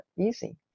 easy